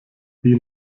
wie